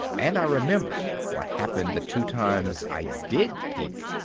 and i remember what happened the two times i did peek,